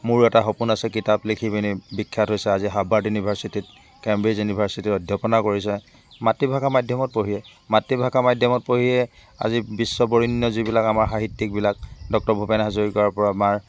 মোৰ এটা সপোন আছে কিতাপ লিখিপেনি বিখ্যাত হৈছে আজি হাৱাৰ্ড ইউনিভাৰ্ছিটিত কেমব্ৰিজ ইউনিভাৰ্ছিটিত অধ্যাপনা কৰিছে মাতৃভাষা মাধ্যমত পঢ়িয়েই মাতৃভাষা মাধ্যমত পঢ়িয়েই আজি বিশ্ব বৰেণ্য যিবিলাক আমাৰ সাহিত্যিকবিলাক ডক্টৰ ভুপেন হাজৰিকাৰ পৰা আমাৰ